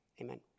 Amen